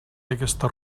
aquesta